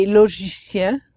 logiciens